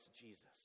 Jesus